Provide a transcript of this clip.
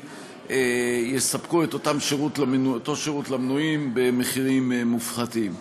יספקו את אותו שירות למנויים במחירים מופחתים.